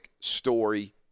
story